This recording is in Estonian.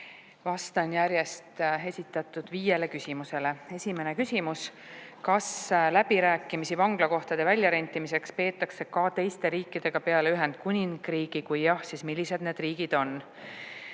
Vastan järjest viiele esitatud küsimusele. Esimene küsimus: "Kas läbirääkimisi vanglakohtade väljarentimiseks peetakse ka teiste riikidega peale Ühendkuningriigi? Kui jah, siis millised need riigid on?"